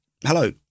hello